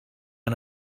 han